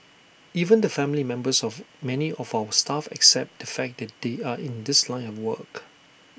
even the family members of many of our staff accept the fact that they are in this line and work